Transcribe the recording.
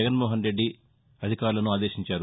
జగన్మోహన్రెడ్డి అధికారులను ఆదేశించారు